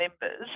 members